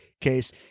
case